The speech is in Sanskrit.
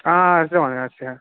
हा अस्तु महोदय स्यात्